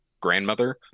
grandmother